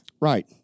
Right